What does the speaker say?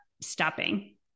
stopping